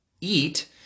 eat